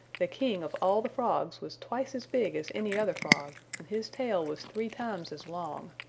the king of all the frogs was twice as big as any other frog, and his tail was three times as long.